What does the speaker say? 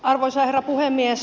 arvoisa herra puhemies